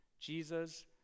Jesus